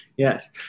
Yes